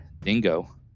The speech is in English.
dingo